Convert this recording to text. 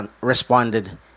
responded